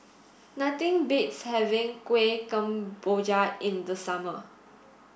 nothing beats having Kueh Kemboja in the summer